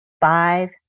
five